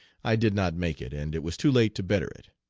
i did not make it, and it was too late to better it.